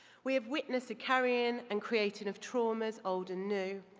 we have witnessed a carrying and creating of traumas old and new,